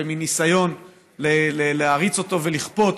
במין ניסיון להריץ אותו ולכפות,